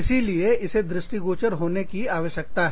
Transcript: इसीलिए इसे दृष्टिगोचर होने दिखने की आवश्यकता है